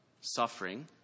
suffering